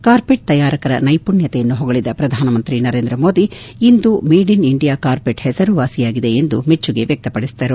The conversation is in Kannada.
ಕಾರ್ಪೆಟ್ ತಯಾರಕರ ನೈಪುಣ್ಣತೆಯನ್ನು ಹೊಗಳಿದ ಪ್ರಧಾನಮಂತ್ರಿ ನರೇಂದ್ರಮೋದಿ ಇಂದು ಮೇಡ್ ಇನ್ ಇಂಡಿಯಾ ಕಾರ್ಪೆಟ್ ಹೆಸರು ವಾಸಿಯಾಗಿದೆ ಎಂದು ಮೆಚ್ಚುಗೆ ವ್ಯಕ್ತಪಡಿಸಿದರು